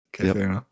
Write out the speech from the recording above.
Okay